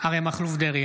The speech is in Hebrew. אריה מכלוף דרעי,